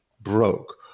broke